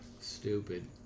Stupid